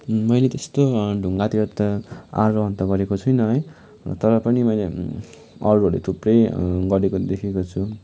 मैले त्यस्तो ढुङ्गातिर त आरोहण त गरेको छुइनँ है तर पनि मैले अरूहरूले थुप्रै गरेको देखेको छु